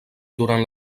durant